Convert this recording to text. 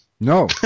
No